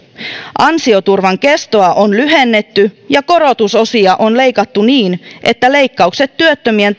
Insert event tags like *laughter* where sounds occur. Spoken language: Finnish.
ansioturvan kestoa on lyhennetty ja korotusosia on leikattu niin että leikkaukset työttömien *unintelligible*